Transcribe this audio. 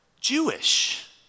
Jewish